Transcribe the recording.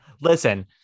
Listen